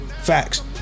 Facts